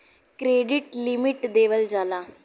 credit limit देवल जाला